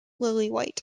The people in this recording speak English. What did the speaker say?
lillywhite